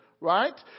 right